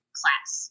class